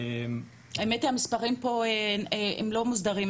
האמת היא שהמספרים פה לא מוסדרים,